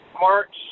March